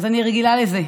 אז אני רגילה לזה.